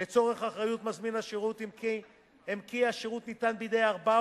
לצורך אחריות מזמין השירות הם כי השירות ניתן בידי ארבעה